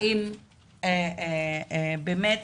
האם באמת